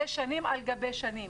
זה שנים על גבי שנים,